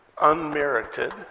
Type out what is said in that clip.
unmerited